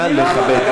נא לכבד.